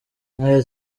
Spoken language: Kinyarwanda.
none